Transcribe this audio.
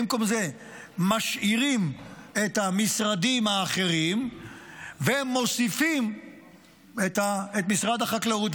במקום זה משאירים את המשרדים האחרים ומוסיפים את משרד החקלאות,